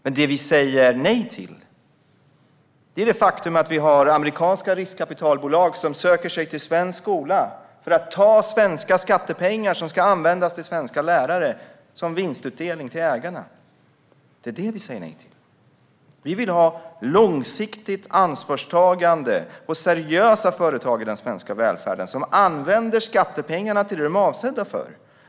Men det som vi säger nej till är det faktum att vi har amerikanska riskkapitalbolag som söker sig till svensk skola för att ta svenska skattepengar, som ska användas till svenska lärare, som vinstutdelning till ägarna. Det är det som vi säger nej till. Vi vill ha ett långsiktigt ansvarstagande och seriösa företagare i den svenska välfärden, som använder skattepengarna till det som de är avsedda för.